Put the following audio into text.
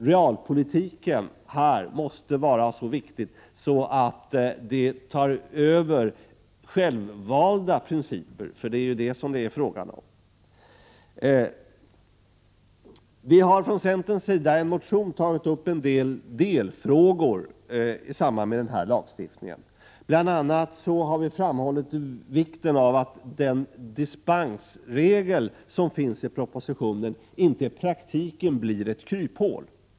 Realpolitiken är här så viktig att den måste ta över självvalda principer — det är ju vad det är fråga om. Från centerpartiets sida har vi i en motion tagit upp några delfrågor i samband med den här lagstiftningen. Bl. a. har vi framhållit vikten av att den dispensregel som finns i propositionen inte i praktiken får bli ett kryphål.